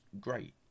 great